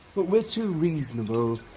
what, we're two reasonable,